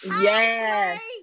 Yes